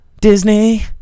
Disney